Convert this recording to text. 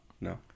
No